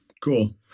Cool